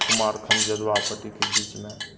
कुमारखंड जदुवापट्टीके बीचमे